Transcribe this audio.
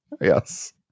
Yes